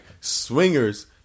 Swingers